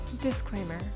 Disclaimer